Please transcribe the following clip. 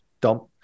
dump